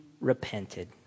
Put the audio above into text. repented